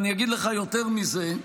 אני אגיד לך יותר מזה: